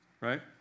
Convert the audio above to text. right